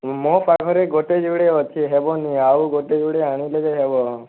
ମୋ ପାଖରେ ଗୋଟେ ଯୁଡ଼େ ଅଛି ହେବନି ଆଉ ଗୋଟେ ଯୁଡ଼େ ଆଣିଲେ ଯାଇ ହେବ